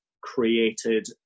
created